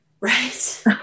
Right